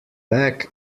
back